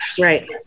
right